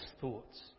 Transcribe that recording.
thoughts